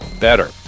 Better